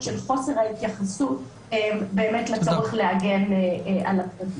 של חוסר ההתייחסות באמת לצורך להגן על הפרטיות.